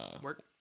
work